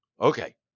Okay